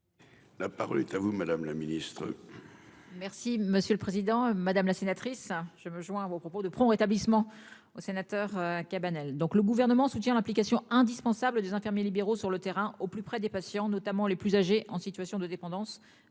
La parole est à vous, madame la Ministre.